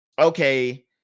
okay